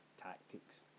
tactics